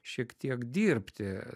šiek tiek dirbti